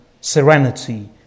serenity